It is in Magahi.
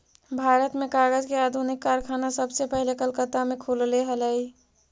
भारत में कागज के आधुनिक कारखाना सबसे पहले कलकत्ता में खुलले हलइ